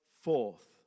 forth